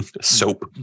soap